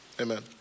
Amen